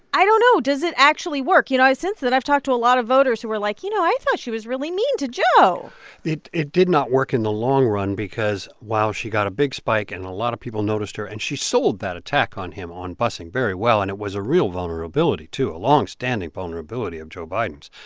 i don't know. does it actually work? you know, since then, i've talked to a lot of voters who were like, you know, i thought she was really mean to joe it it did not work in the long run because while she got a big spike and a lot of people noticed her and she sold that attack on him on bussing very well, and it was a real vulnerability, too, a long standing vulnerability of joe biden's.